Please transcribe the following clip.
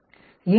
ஏன் ரெப்ளிகேஷன்